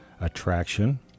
Attraction